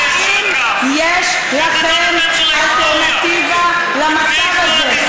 באיזה צד אתם, האם יש לכם אלטרנטיבה למצב הזה?